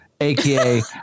AKA